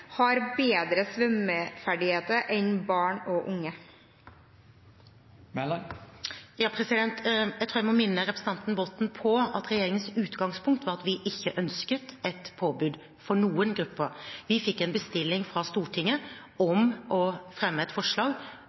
har bedre svømmeferdigheter enn barn og unge? Jeg tror jeg må minne representanten Botten på at regjeringens utgangspunkt var at vi ikke ønsket et påbud for noen grupper. Vi fikk en bestilling fra Stortinget om å fremme et forslag